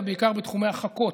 ובעיקר בתחומי החכות,